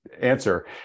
answer